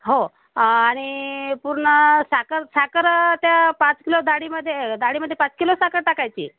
हो आणि पूर्ण साखर साखर त्या पाच किलो डाळीमध्ये डाळीमध्ये पाच किलो साखर टाकायची